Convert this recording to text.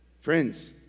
Friends